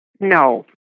No